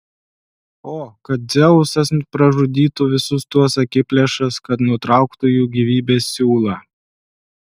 o kad dzeusas pražudytų visus tuos akiplėšas kad nutrauktų jų gyvybės siūlą